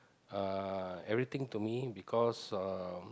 uh everything to me because uh